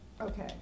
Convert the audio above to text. okay